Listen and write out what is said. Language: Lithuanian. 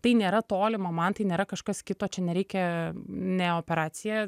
tai nėra tolima man tai nėra kažkas kito čia nereikia ne operacija